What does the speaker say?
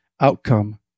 outcome